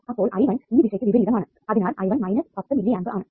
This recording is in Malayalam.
അപ്പോൾ I1 ഈ ദിശയ്ക്കു വിപരീതം ആണ് അതിനാൽ I1 മൈനസ് 10 മില്ലി ആമ്പ് ആണ്